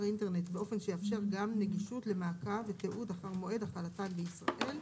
האינטרנט באופן שיאפשר גם נגישות למעקב ותיעוד אחר מועד החלתן בישראל,